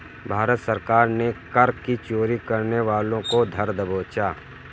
भारत सरकार ने कर की चोरी करने वालों को धर दबोचा